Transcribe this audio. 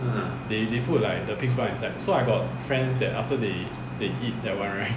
they they put like the pig's blood inside so I got friends that after they they eat that one right